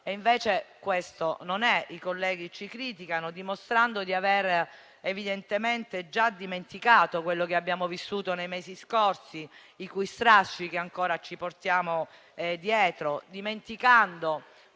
Invece, questo non è. I colleghi ci criticano, dimostrando di aver evidentemente già dimenticato quello che abbiamo vissuto nei mesi scorsi, i cui strascichi ancora ci portiamo dietro, e quante